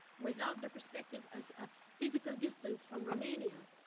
without the perspective of ah physical distance from romania,